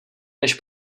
než